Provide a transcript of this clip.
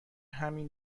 همین